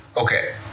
okay